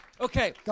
Okay